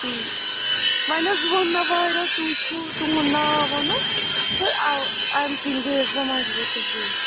تی وۅنۍ حظ ووٚن مےٚ واریاہو تُہۍ چھُو تُہُنٛد ناو ووٚنُکھ تہٕ اَو اَمہِ کِنۍ گٔیَس بہٕ مجبوٗر